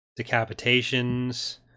decapitations